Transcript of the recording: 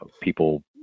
people